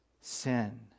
sin